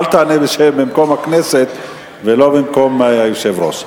אל תענה במקום הכנסת ולא במקום היושב-ראש.